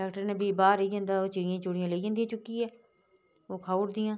ट्रैक्टरे कन्नै बी बाह्र रेही जंदा ओह् चिड़िया चुड़ियां लेई जंदी चुक्कियै ओह् खाऊड़दियां